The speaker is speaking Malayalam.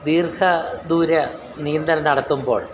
ദീർഘ ദൂര നീന്തൽ നടത്തുമ്പോൾ